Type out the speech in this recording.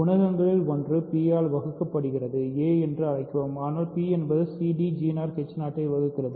குணகங்களில் ஒன்று p ஆல் வகுக்கப்படாது a என்று அழைக்கவும் ஆனால் p என்பது cd ஐ வகுக்கிறது